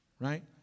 right